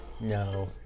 no